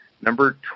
number